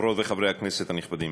חברות וחברי הכנסת הנכבדים,